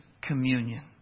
communion